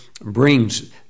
brings